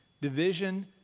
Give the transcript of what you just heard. division